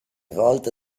volte